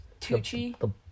Tucci